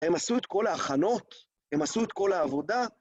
הם עשו את כל ההכנות, הם עשו את כל העבודה.